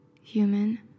human